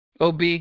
OB